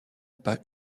pas